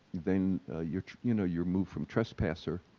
then you're, you know, you're moved from trespasser